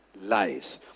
lies